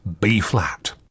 B-flat